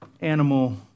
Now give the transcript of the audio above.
animal